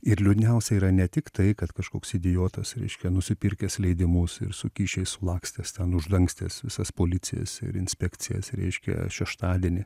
ir liūdniausia yra ne tik tai kad kažkoks idiotas reiškia nusipirkęs leidimus ir su kyšiais lakstęs ten uždangstęs visas policijas ir inspekcijas reiškia šeštadienį